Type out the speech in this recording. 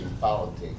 politics